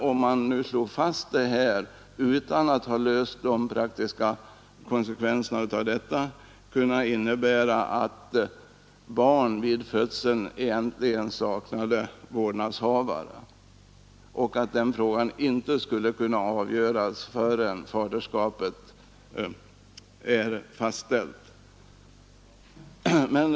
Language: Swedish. Om de i reservationen föreslagna reglerna slogs fast utan att följdreglerna ändrades, skulle det kunna innebära att barn vid födseln egentligen saknade vårdnadshavare — och att frågan om vårdnadshavare inte skulle kunna avgöras förrän faderskapet är fastställt.